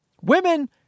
Women